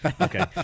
Okay